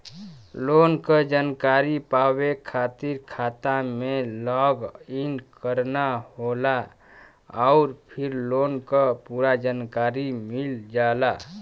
loan क जानकारी पावे खातिर खाता में लॉग इन करना होला आउर फिर लोन क पूरा जानकारी मिल जाला